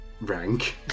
rank